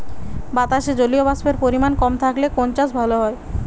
বাতাসে জলীয়বাষ্পের পরিমাণ কম থাকলে কোন চাষ ভালো হয়?